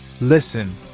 Listen